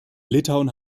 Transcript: litauen